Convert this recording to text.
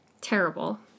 Terrible